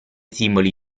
simboli